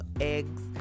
eggs